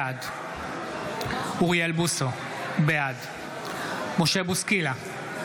בעד אוריאל בוסו, בעד מישל בוסקילה,